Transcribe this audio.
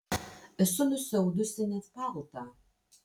esu nusiaudusi net paltą